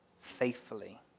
faithfully